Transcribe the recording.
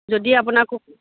যদি আপোনাকো